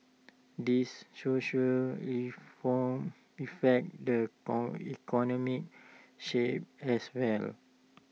these social reforms affect the economic as well